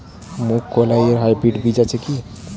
মুগকলাই এর হাইব্রিড বীজ আছে কি?